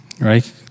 right